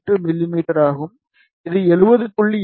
8 மிமீ ஆகும் இது 70